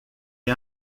est